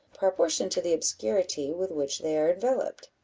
proportioned to the obscurity with which they are enveloped.